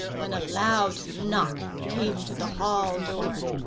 when a loud knock came to the hall-door.